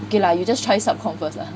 okay lah you just try sub comm first lah